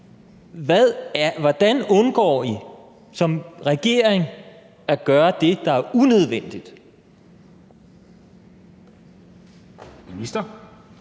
Hvordan undgår I som regering at gøre det, der er unødvendigt? Kl.